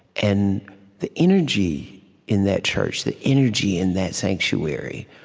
and the energy in that church, the energy in that sanctuary,